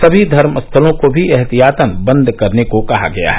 सभी धर्मस्थलों को भी एहतियातन बंद करने को कहा गया है